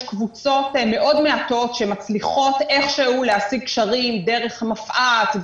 יש קבוצות מאוד מעטות שמצליחות איך שהוא להשיג קשרים דרך מפא"ת,